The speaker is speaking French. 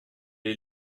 est